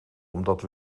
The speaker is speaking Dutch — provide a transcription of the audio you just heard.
omdat